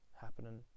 happening